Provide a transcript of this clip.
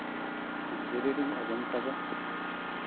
ᱜᱤᱫᱽᱨᱟᱹᱨᱤᱧ ᱟᱸᱡᱚᱢ ᱟᱠᱟᱫᱟ